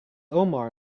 omar